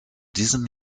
diesem